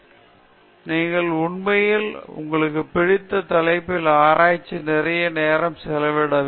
ராம் நீங்கள் உண்மையில் உங்களுக்கு பிடித்த தலைப்பில் ஆராய்ச்சிக்கு நிறைய நேரம் செலவிட வேண்டும்